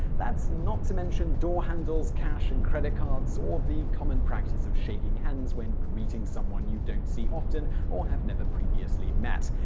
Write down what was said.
that's not to mention door handles, cash and credit cards, or the common practice of shaking hands when greeting someone you don't see often or have never previously met.